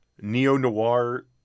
neo-noir